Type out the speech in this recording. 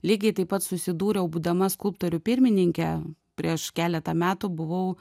lygiai taip pat susidūriau būdama skulptorių pirmininke prieš keletą metų buvau